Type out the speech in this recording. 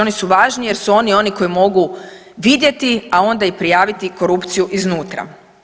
Oni su važni jer su oni oni koji mogu vidjeti, a onda i prijaviti korupciju iznutra.